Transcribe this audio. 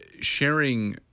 sharing